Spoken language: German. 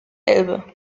elbe